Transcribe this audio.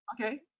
Okay